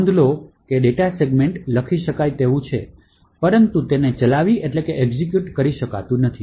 નોંધ લો કે ડેટા સેગમેન્ટ લખી શકાય તેવું છે પરંતુ તેને ચલાવી શકાતું નથી